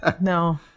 no